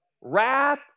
wrath